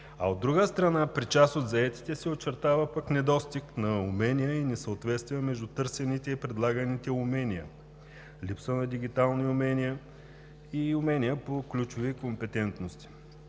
а от друга – при част от заетите се очертава пък недостиг на умения и несъответствие между търсените и предлаганите умения, липса на дигитални умения и умения по ключови компетентности.